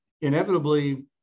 Inevitably